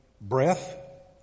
breath